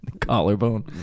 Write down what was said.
collarbone